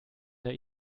der